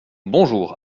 bonjour